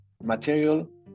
material